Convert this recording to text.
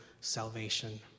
salvation